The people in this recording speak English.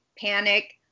panic